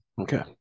Okay